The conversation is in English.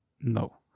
No